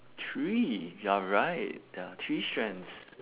three you're right there are three strands